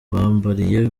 bambariye